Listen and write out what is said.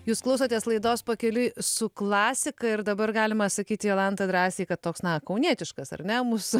jūs klausotės laidos pakeliui su klasika ir dabar galima sakyti jolanta drąsiai kad toks na kaunietiškas ar ne mūsų